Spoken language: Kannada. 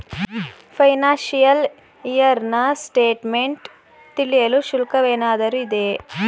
ಫೈನಾಶಿಯಲ್ ಇಯರ್ ನ ಸ್ಟೇಟ್ಮೆಂಟ್ ತಿಳಿಯಲು ಶುಲ್ಕವೇನಾದರೂ ಇದೆಯೇ?